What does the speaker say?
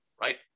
Right